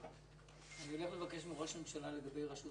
אני הולך לבקש מראש הממשלה לגבי רשות